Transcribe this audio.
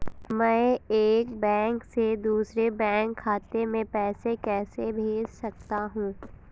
मैं एक बैंक से दूसरे बैंक खाते में पैसे कैसे भेज सकता हूँ?